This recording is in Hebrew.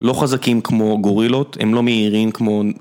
לא חזקים כמו גורילות, הם לא מהירים כמו...